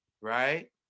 Right